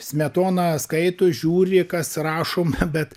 smetona skaito žiūri kas rašoma bet